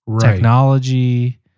technology